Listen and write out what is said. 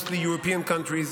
mostly European countries,